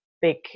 big